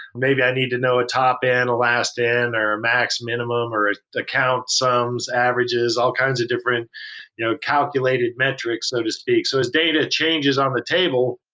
maybe i need to know a top in, a last in or max-minimum, or account sums, averages, all kinds of different you know calculated metrics so to speak. so as data changes on the table,